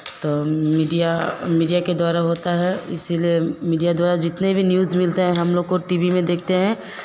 तो media media के द्वारा होता है इसलिए मीडिया द्वारा जितने भी न्यूज़ मिलते हैं हम लोगों को टी वी में देखते हैं